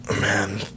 man